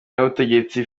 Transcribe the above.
y’ubutegetsi